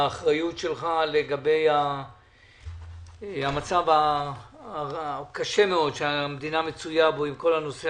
האחריות שלך לגבי המצב הקשה מאוד שהמדינה מצויה בו עם כל הנושא